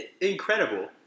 Incredible